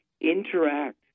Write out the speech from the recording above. interact